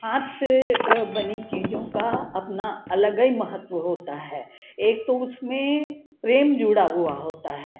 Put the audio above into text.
हाथ से बनी चीज़ों का अपना अलग ही महत्व होता है एक तो उसमें प्रेम जुड़ा हुआ होता है